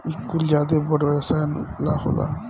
इ कुल ज्यादे बड़ व्यवसाई ला होला